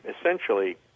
Essentially